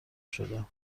شدم